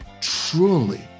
truly